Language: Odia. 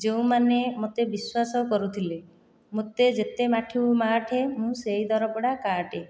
ଯେଉଁମାନେ ମୋତେ ବିଶ୍ଵାସ କରୁଥିଲେ ମୋତେ ଯେତେ ମାଠିବୁ ମାଠେ ମୁଁ ସେହି ଦରପୋଡ଼ା କାଟେ